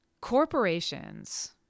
Corporations